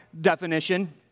definition